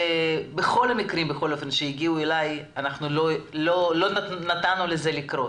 בכל המקרים שהגיעו אלי אנחנו לא נתנו לזה לקרות.